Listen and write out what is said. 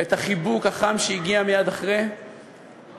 ואת החיבוק החם שהגיע מייד אחרי מאופיר,